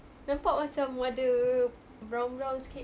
nampak macam ada brown brown sikit